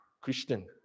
Christian